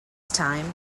time